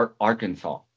Arkansas